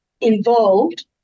involved